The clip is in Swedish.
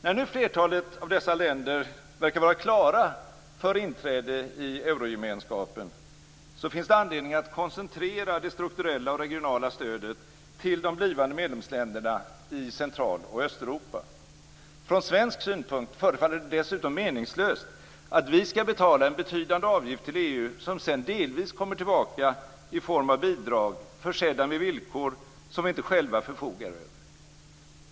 När nu flertalet av dessa länder verkar vara klara för inträde i eurogemenskapen, finns det anledning att koncentrera det strukturella och regionala stödet till de blivande medlemsländerna i Central och Östeuropa. Från svensk synpunkt förefaller det meningslöst att vi skall betala en betydande avgift till EU som sedan delvis kommer tillbaka i form av bidrag försedda med villkor som vi inte själva förfogar över.